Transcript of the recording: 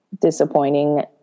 disappointing